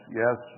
yes